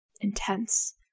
intense